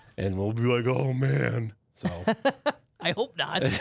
and we'll be like, oh man. so i hope not.